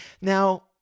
Now